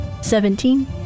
Seventeen